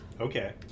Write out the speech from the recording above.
Okay